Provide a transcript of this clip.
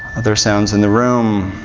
other sounds in the room,